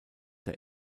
der